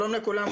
שלום לכולם.